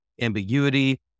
ambiguity